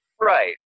right